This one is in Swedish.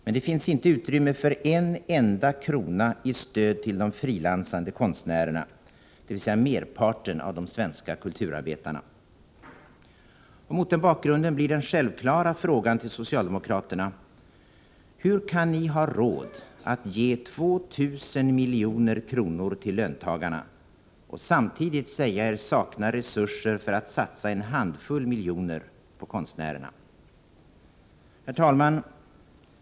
Men det finns inte utrymme för en enda krona i stöd till de frilansande konstnärerna, dvs. merparten av de svenska kulturarbetarna. Mot den bakgrunden blir den självklara frågan till socialdemokraterna: Hur kan ni ha råd att ge 2 000 milj.kr. till löntagarna och samtidigt säga er sakna resurser för att satsa en handfull miljoner på konstnärerna? Herr talman!